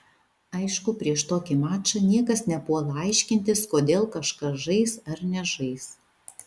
aišku prieš tokį mačą niekas nepuola aiškintis kodėl kažkas žais ar nežais